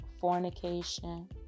fornication